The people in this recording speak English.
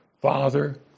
Father